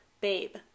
Babe